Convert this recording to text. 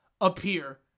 appear